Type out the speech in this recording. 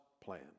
plan